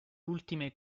ultime